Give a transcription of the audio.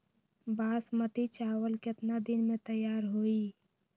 बासमती चावल केतना दिन में तयार होई?